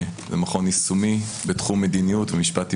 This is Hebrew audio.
מכון יישומי בתחום מדיניות ומשפט עברי.